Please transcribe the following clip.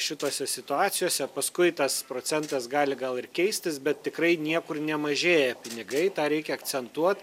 šitose situacijose paskui tas procentas gali gal ir keistis bet tikrai niekur nemažėja pinigai tą reikia akcentuot